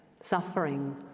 suffering